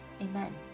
Amen